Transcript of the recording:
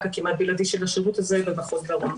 הכמעט בלעדי של השירות הזה במחוז דרום.